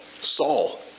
Saul